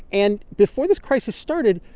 and before this crisis started,